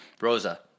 Rosa